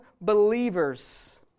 believers